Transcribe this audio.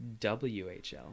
WHL